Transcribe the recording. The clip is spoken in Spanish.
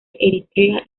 eritrea